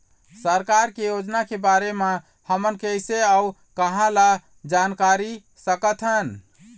सरकार के योजना के बारे म हमन कैसे अऊ कहां ल जानकारी सकथन?